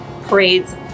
parades